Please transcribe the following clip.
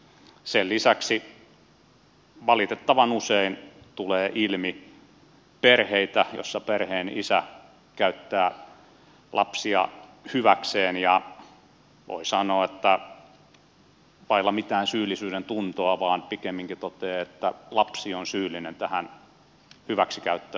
sen lisäksi valitettavan usein tulee ilmi perheitä joissa perheen isä käyttää lapsia hyväkseen ja voi sanoa että vailla mitään syyllisyydentuntoa vaan pikemminkin toteaa että lapsi on syyllinen tähän hyväksikäyttöön